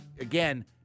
again